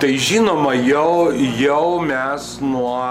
tai žinoma jau jau mes nuo